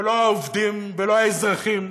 ולא העובדים, ולא האזרחים